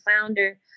founder